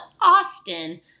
often